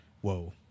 whoa